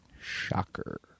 Shocker